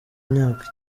imyaka